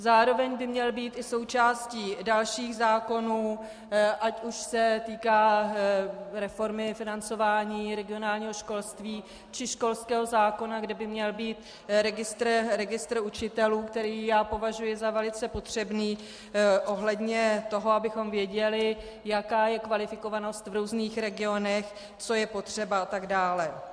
Zároveň by měl být i součástí dalších zákonů, ať už se týkají reformy financování regionálního školství, či školského zákona, kde by měl být registr učitelů, který já považuji za velice potřebný ohledně toho, abychom věděli, jaká je kvalifikovanost v různých regionech, co je potřeba atd.